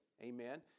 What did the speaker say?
amen